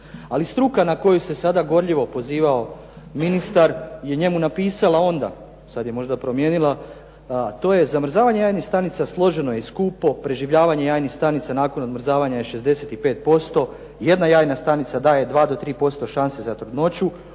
Ali struka na koju se sada gorljivo pozivao ministar je njemu napisala onda, sad je možda promijenila, to je zamrzavanje jajnih stanica složeno je i skupo, preživljavanje jajnih stanica nakon odmrzavanja je 65%, jedna jajna stanica daje 2 do 3% šanse za trudnoću,